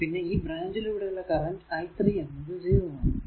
പിന്നെ ഈ ബ്രാഞ്ച് ലൂടെ ഉള്ള കറന്റ് i 3 എന്നത് 0 ആണ്